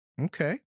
Okay